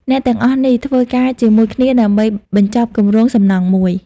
អ្នកទាំងអស់នេះធ្វើការជាមួយគ្នាដើម្បីបញ្ចប់គម្រោងសំណង់មួយ។